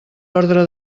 ordre